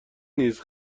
نیست